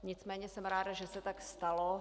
Nicméně jsem ráda, že se tak stalo.